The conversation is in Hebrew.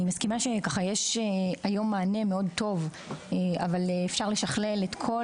אני מסכימה שיש היום מענה מאוד טוב אבל אפשר לשכלל את כל